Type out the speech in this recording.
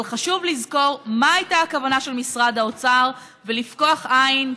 אבל חשוב לזכור מה הייתה הכוונה של משרד האוצר ולפקוח עין,